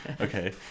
Okay